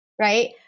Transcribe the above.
Right